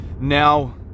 Now